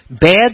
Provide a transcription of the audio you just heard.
bad